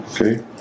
Okay